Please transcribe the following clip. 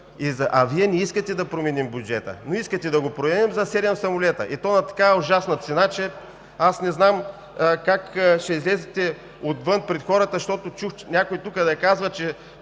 а Вие не искате да променим бюджета, но искате да го променим за осем самолета, и то на такава ужасна цена. Аз не знам как ще излезете отвън пред хората, защото чух тук някой да казва, че